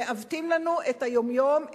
מעוותים לנו את היום-יום,